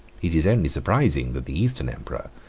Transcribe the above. it is only surprising that the eastern emperor,